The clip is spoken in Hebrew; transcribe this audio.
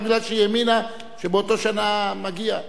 בגלל שהיא האמינה שבאותה שנה הוא מגיע.